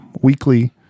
weekly